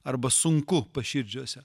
arba sunku paširdžiuose